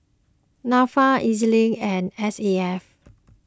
Nafa E Z Link and S A F